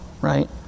right